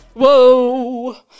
Whoa